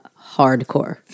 hardcore